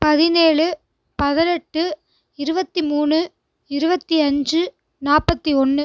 பதினேழு பதினெட்டு இருபத்தி மூணு இருபத்தி அஞ்சி நாற்பத்தி ஒன்று